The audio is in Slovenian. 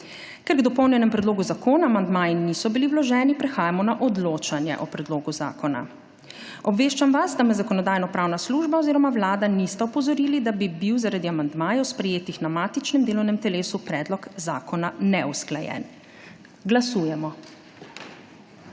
Ker k dopolnjenemu predlogu zakona amandmaji niso bili vloženi, prehajamo na odločanje o predlogu zakona. Obveščam vas, da me Zakonodajno-pravna služba oziroma Vlada nista opozorili, da bi bil zaradi amandmajev, sprejetih na matičnem delovnem telesu, predlog zakona neusklajen. Glasujemo.